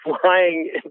flying